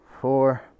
four